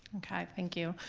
okay, thank you.